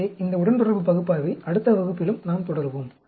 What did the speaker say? எனவே இந்த உடன்தொடர்பு பகுப்பாய்வை அடுத்த வகுப்பிலும் நாம் தொடருவோம்